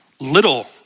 Little